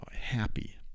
happy